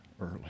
early